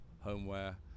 homeware